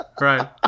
right